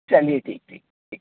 चलिए ठीक ठीक ठीक